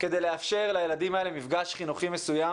כדי לאפשר לילדים האלה מפגש חינוכי מסוים